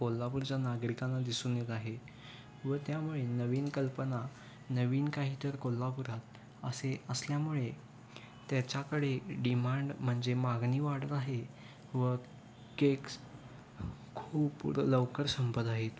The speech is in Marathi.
कोल्हापूरच्या नागरिकांना दिसून येत आहे व त्यामुळे नवीन कल्पना नवीन काही तर कोल्हापूरात असे असल्यामुळे त्याच्याकडे डिमांड म्हणजे मागणी वाढत आहे व केक्स खूप लवकर संपत आहेत